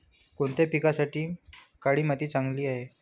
कोणत्या पिकासाठी काळी माती चांगली आहे?